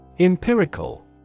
Empirical